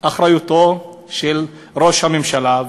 אחריותו של ראש הממשלה.